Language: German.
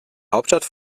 hauptstadt